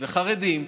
וחרדים.